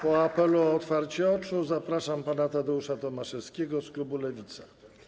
Po apelu o otwarcie oczu zapraszam pana Tadeusza Tomaszewskiego z klubu Lewica.